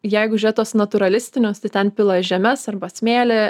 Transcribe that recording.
jeigu žiūrėt tuos natūralistinius tai ten pila žemes arba smėlį